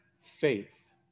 faith